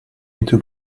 into